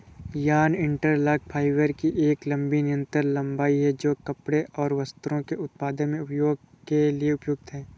yarn interlock fibre की एक लंबी निरंतर लंबाई है, जो कपड़े और वस्त्रों के उत्पादन में उपयोग के लिए उपयुक्त है